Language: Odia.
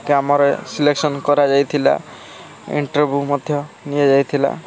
କାମରେ ସିଲେକ୍ସନ୍ କରା ଯାଇଥିଲା ଇଣ୍ଟରଭ୍ୟୁ ମଧ୍ୟ ନିଆଯାଇଥିଲା